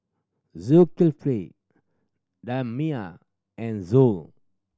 Zulkifli Damia and Zul